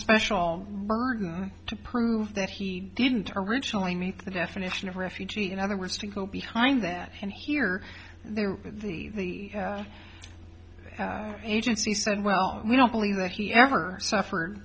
special burden to prove that he didn't originally meet the definition of refugee in other words to go behind that and here they were the agency said well we don't believe that he ever suffered